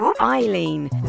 Eileen